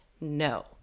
no